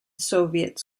soviet